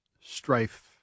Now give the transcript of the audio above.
strife